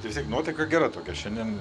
vis tiek nuotaika gera tokia šiandien